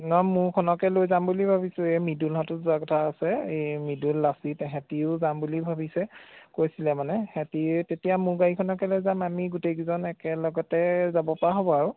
নহয় মোৰখনকে লৈ যাম বুলি ভাবিছোঁ এই মৃদুলহঁতো যোৱা কথা আছে এই মৃদুল লাচিত সিহঁতিও যাম বুলি ভাবিছে কৈছিলে মানে সিহঁতি তেতিয়া মোৰ গাড়ীখনকে লৈ যাম আমি গোটেইকেইজন একেলগতে যাব পৰা হ'ব আৰু